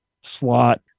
slot